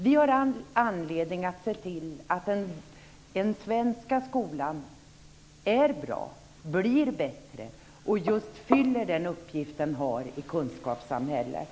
Vi har anledning att se till att den svenska skolan är bra, blir bättre och fyller den uppgift den har i kunskapssamhället.